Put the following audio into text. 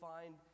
find